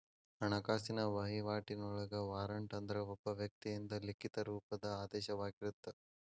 ಹಣಕಾಸಿನ ವಹಿವಾಟಿನೊಳಗ ವಾರಂಟ್ ಅಂದ್ರ ಒಬ್ಬ ವ್ಯಕ್ತಿಯಿಂದ ಲಿಖಿತ ರೂಪದ ಆದೇಶವಾಗಿರತ್ತ